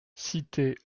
cité